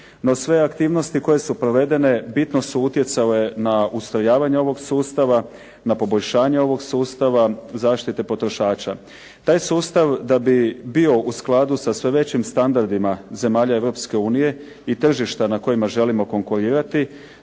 sve aktivnosti koje su provedene bitno su utjecale na ustrojavanje ovog sustava, na poboljšanje ovog sustava zaštite potrošača. Taj sustav da bi bio u skladu sa sve većim standardima zemalja Europske unije i tržišta na kojima želimo konkurirati